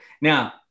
Now